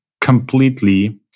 completely